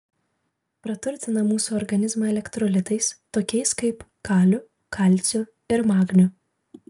praturtina mūsų organizmą elektrolitais tokiais kaip kaliu kalciu ir magniu